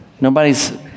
Nobody's